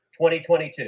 2022